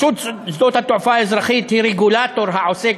רשות התעופה האזרחית היא רגולטור העוסק